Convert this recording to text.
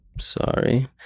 sorry